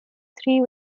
three